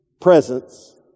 presence